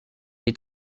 est